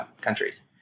countries